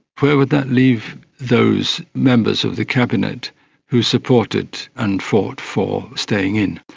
where would that leave those members of the cabinet who supported and fought for staying in?